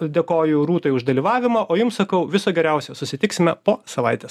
dėkoju rūtai už dalyvavimą o jums sakau viso geriausio susitiksime po savaitės